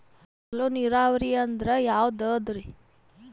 ಚಲೋ ನೀರಾವರಿ ಅಂದ್ರ ಯಾವದದರಿ?